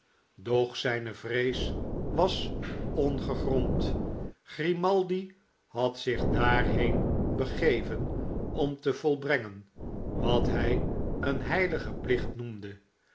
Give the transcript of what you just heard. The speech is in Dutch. doch zijne vrees was ongegrond grimaldi had zich daarheen begeven om te volbrengen wat hij een heiligen plicht noemde